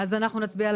אז אנחנו נצביע על